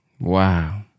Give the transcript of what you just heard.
Wow